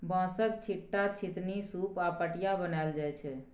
बाँसक, छीट्टा, छितनी, सुप आ पटिया बनाएल जाइ छै